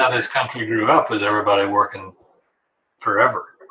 ah this country grew up was everybody workin' forever.